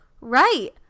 right